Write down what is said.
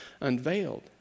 unveiled